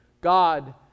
God